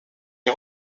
est